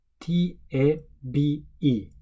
T-A-B-E